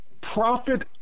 profit